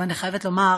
אבל אני חייבת לומר